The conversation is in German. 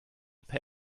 per